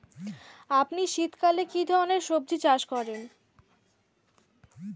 আপনি শীতকালে কী ধরনের সবজী চাষ করেন?